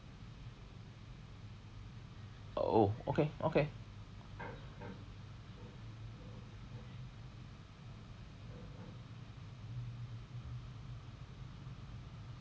oh okay okay uh